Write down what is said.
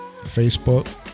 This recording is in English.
Facebook